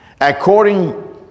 according